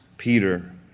Peter